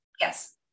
Yes